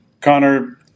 Connor